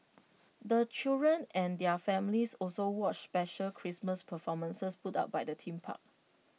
the children and their families also watched special Christmas performances put up by the theme park